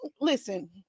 listen